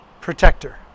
protector